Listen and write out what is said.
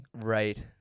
Right